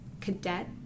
cadet